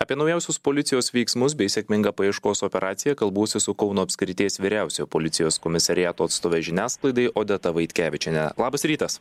apie naujausius policijos veiksmus bei sėkmingą paieškos operaciją kalbuosi su kauno apskrities vyriausiojo policijos komisariato atstove žiniasklaidai odeta vaitkevičienė labas rytas